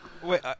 Wait